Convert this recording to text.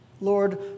Lord